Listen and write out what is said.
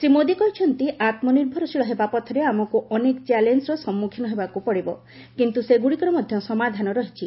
ଶ୍ରୀ ମୋଦୀ କହିଛନ୍ତି ଆତ୍ମନିର୍ଭରଶୀଳ ହେବା ପଥରେ ଆମକୁ ଅନେକ ଚ୍ୟାଲେଞ୍ଜର ସମ୍ମୁଖୀନ ହେବାକୁ ପଡ଼ିବ କିନ୍ତୁ ସେଗୁଡ଼ିକର ମଧ୍ୟ ସମାଧାନ ରହିଛି